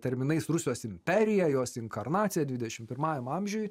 terminais rusijos imperija jos inkarnacija dvidešim pirmajam amžiuj